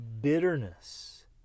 Bitterness